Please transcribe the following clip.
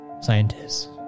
Scientists